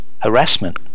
harassment